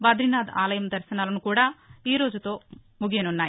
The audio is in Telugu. బద్దీనాథ్ ఆలయం దర్శనాలు కూడా ఈ రోజుతో ముగియనున్నాయి